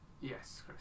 Yes